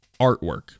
artwork